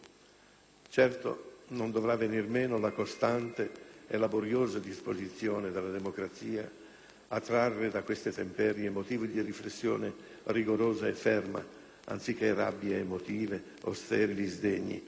Certo, non dovrà venir meno la costante e laboriosa disposizione della democrazia a trarre da queste temperie motivi di riflessione rigorosa e ferma, anziché rabbie emotive o sterili sdegni;